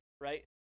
right